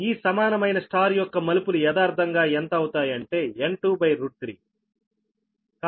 ఈ సమానమైన Y యొక్క మలుపులు యదార్ధంగా ఎంత అవుతాయి అంటేN23